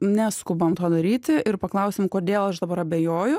neskubam to daryti ir paklausim kodėl aš dabar abejoju